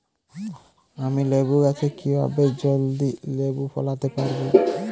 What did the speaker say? আমি লেবু গাছে কিভাবে জলদি লেবু ফলাতে পরাবো?